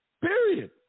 period